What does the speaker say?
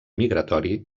migratori